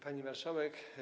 Pani Marszałek!